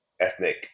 ethnic